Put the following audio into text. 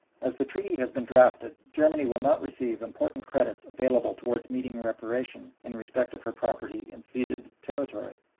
as the treaty has been drafted germany will not receive important credits available towards meeting reparation in respect of her property in ceded territory.